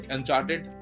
Uncharted